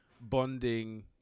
bonding